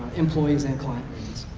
employees and clients?